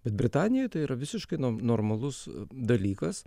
bet britanijoj tai yra visiškai normalus dalykas